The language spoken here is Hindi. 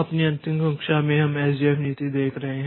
अपनी अंतिम कक्षा में हम एसजेएफ नीति देख रहे हैं